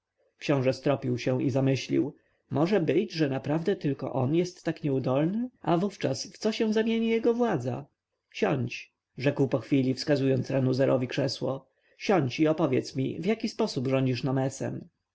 książę stropił się i zamyślił może być że naprawdę tylko on jest tak nieudolny a wówczas w co się zamieni jego władza siądź rzekł po chwili wskazując ranuzerowi krzesło siądź i opowiedz mi w jaki sposób rządzisz nomesem